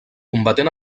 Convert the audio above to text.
combatent